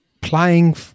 playing